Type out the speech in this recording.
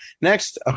next